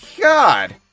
God